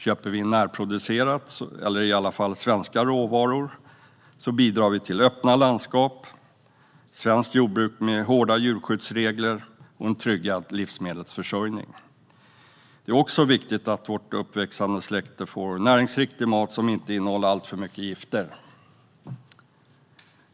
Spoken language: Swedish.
Köper vi närproducerat, eller i alla fall svenska råvaror, bidrar vi till öppna landskap, svenskt jordbruk med hårda djurskyddsregler och en tryggad livsmedelsförsörjning. Det är också viktigt att vårt uppväxande släkte får näringsriktig mat som inte innehåller alltför mycket gifter.